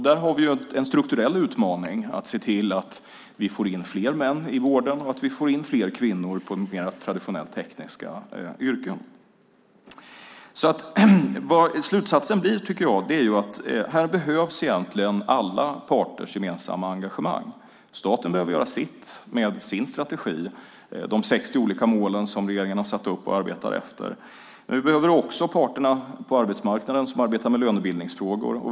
Där har vi en strukturell utmaning: att se till att vi får in fler män i vården och att vi får in fler kvinnor i tekniska yrken. Slutsatsen blir egentligen att alla parters gemensamma engagemang behövs. Staten behöver göra sitt med sin strategi och de 60 olika mål som regeringen har satt upp och arbetar efter. Också parterna på arbetsmarknaden som arbetar med lönebildningsfrågor behöver göra sitt.